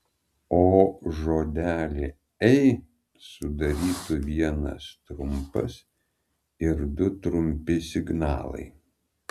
o žodelį ei sudarytų vienas trumpas ir du trumpi signalai